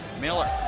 Miller